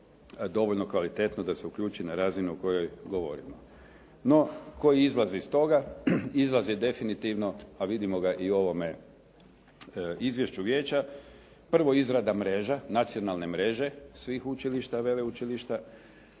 dovoljno kvalitetno da se uključi na razinu o kojoj govorimo? No, koji izlaz je iz toga? Izlaz je definitivno, a vidimo ga i u ovome izvješću vijeća. Prvo, izrada mreža, nacionalne mreže svih učilišta i veleučilišta,